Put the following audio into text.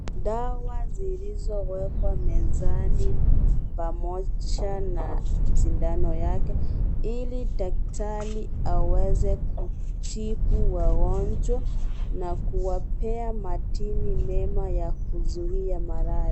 Dawa zilizowekwa mezani pamoja na sindano yake, ili daktari aweze kutibu wagonjwa na kuwapea madini mema ya kuzuia maradhi.